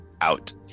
out